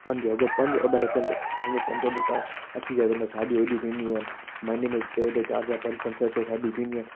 पंज अगरि पंज ऑडर अचनि त साल में पंज ऑडर त अची विया जंहिं महिल शादियूं एॾी थींदियूं आहिनि महिने टे टे चार चार पंज पंज छ्ह छह शादियूं थींदियूं आहिनि